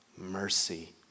mercy